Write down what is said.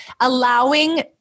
Allowing